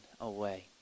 away